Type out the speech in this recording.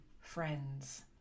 friends